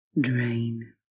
drain